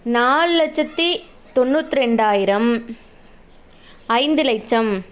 நாலு லட்சத்தி தொண்ணுத்திரெண்டாயிரம் ஐந்து லட்சம்